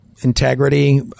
integrity